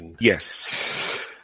yes